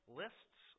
lists